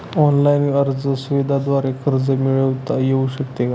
Online अर्ज सुविधांद्वारे कर्ज मिळविता येऊ शकते का?